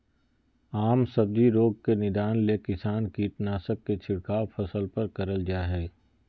आम सब्जी रोग के निदान ले किसान कीटनाशक के छिड़काव फसल पर करल जा हई